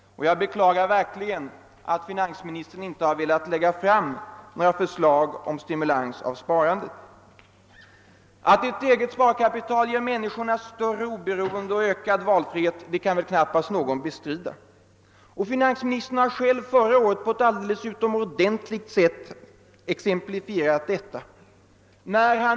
Jag beklagar verkligen att finansministern inte velat lägga fram några förslag om stimulans av sparandet. Att ett eget sparkapital ger människorna större oberoende och ökad valfrihet kan väl knappast någon bestrida. Finansministern har själv förra året på ett alldeles utomordentligt sätt beskrivit detta.